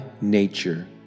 nature